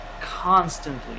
constantly